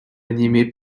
animée